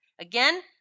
Again